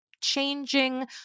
changing